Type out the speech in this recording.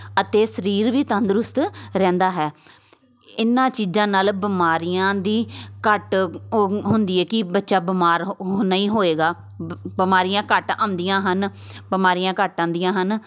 ਅਤੇ ਸਰੀਰ ਵੀ ਤੰਦਰੁਸਤ ਰਹਿੰਦਾ ਹੈ ਇਹਨਾਂ ਚੀਜ਼ਾਂ ਨਾਲ ਬਿਮਾਰੀਆਂ ਦੀ ਘੱਟ ਹੁੰ ਹੁੰਦੀ ਹੈ ਕਿ ਬੱਚਾ ਬਿਮਾਰ ਹੋ ਨਹੀਂ ਹੋਏਗਾ ਬਿਮਾਰੀਆਂ ਘੱਟ ਆਉਂਦੀਆਂ ਹਨ ਬਿਮਾਰੀਆਂ ਘੱਟ ਆਉਂਦੀਆਂ ਹਨ